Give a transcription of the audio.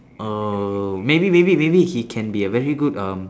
err maybe maybe maybe he can be a very good um